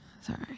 Sorry